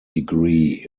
degree